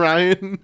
Ryan